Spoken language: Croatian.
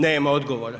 Nema odgovora.